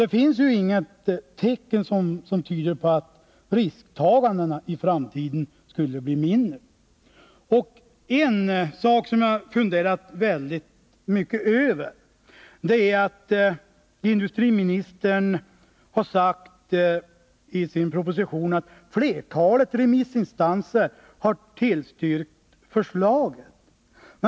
Det finns ingenting som tyder på att risktagandet skulle bli mindre i framtidén. En sak som jag har funderat mycket över är industriministerns uttalande i propositionen att flertalet remissinstanser har tillstyrkt förslaget.